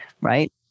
right